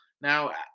Now